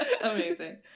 Amazing